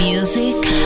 Music